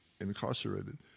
incarcerated